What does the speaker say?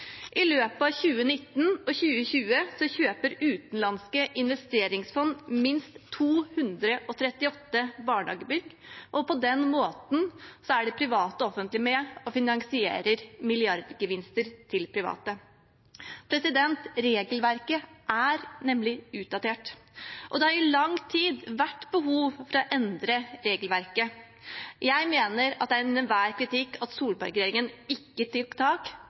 I løpet av 2019 og 2020 kjøpte utenlandske investeringsfond minst 238 barnehagebygg, og på den måten er de private og offentlige med og finansierer milliardgevinster til private. Regelverket er nemlig utdatert, og det har i lang tid vært behov for å endre det. Jeg mener at det er under enhver kritikk at Solberg-regjeringen ikke